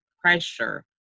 pressure